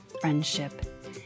friendship